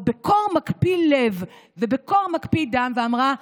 בקור מקפיא לב ובקור מקפיא דם ואמרה: